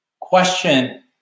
Question